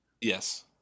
Yes